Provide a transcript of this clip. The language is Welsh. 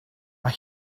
mae